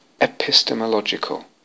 epistemological